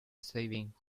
saving